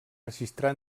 registrar